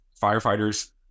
Firefighters